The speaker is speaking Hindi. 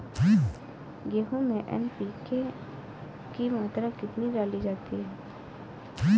गेहूँ में एन.पी.के की मात्रा कितनी डाली जाती है?